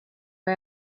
war